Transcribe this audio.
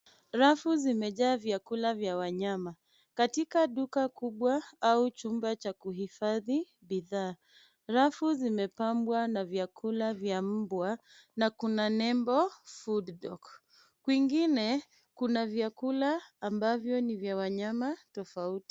Rafu zimejaa vyakula vya wanyama katika duka kubwa au chumba cha kuhifadhi bidhaa ,rafu zimepambwa na vyakula vya mbwa na kuna nembo food dog ,kwingine kuna vyakula ambavyo ni vya wanyama tofauti.